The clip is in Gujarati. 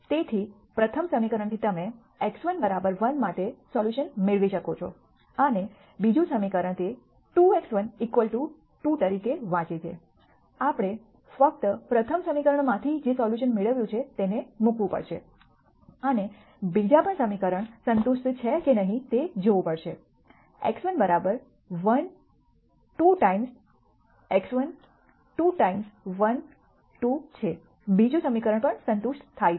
તેથી પ્રથમ સમીકરણથી તમે x1 1 માટે સોલ્યુશન મેળવી શકો છો અને બીજું સમીકરણ તે 2x1 2 તરીકે વાંચે છે આપણે ફક્ત પ્રથમ સમીકરણમાંથી જે સોલ્યુશન મેળવ્યું છે તેને મૂકવું પડશે અને બીજા સમીકરણ પણ સંતુષ્ટ છે કે નહીં તે જોવું પડશે x1 1 2 વખત x1 2 ટાઈમ્સ 1 2 છે બીજું સમીકરણ પણ સંતુષ્ટ થાય છે